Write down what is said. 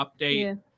update